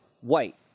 white